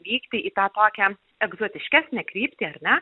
vykti į tą tokią egzotiškesnę kryptį ar ne